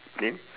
then